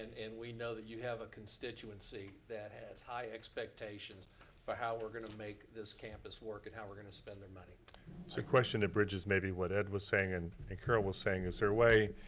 and and we know that you have a constituency that has high expectations for how we're gonna make this campus work and how we're gonna spend their money. so a question that bridges maybe what ed was saying and and carol was saying, is there a way,